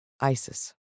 ISIS